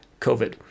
COVID